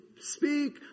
speak